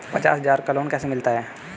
पचास हज़ार का लोन कैसे मिलता है?